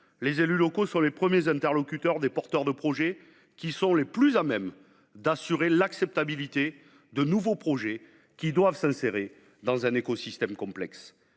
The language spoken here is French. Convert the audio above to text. les élus locaux sont les premiers interlocuteurs des porteurs de projets et les plus à même d’assurer l’acceptabilité de nouveaux projets devant s’insérer dans un écosystème complexe.